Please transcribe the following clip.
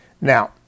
Now